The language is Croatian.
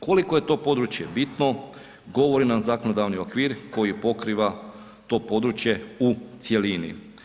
Koliko je to područje bitno govori nam zakonodavni okvir koji pokriva to područje u cjelini.